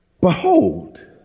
Behold